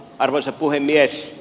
arvoisa puhemies